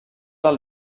del